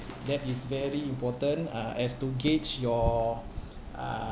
that is very important uh as to gauge your uh